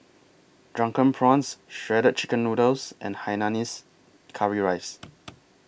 Drunken Prawns Shredded Chicken Noodles and Hainanese Curry Rice